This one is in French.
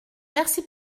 merci